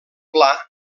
pla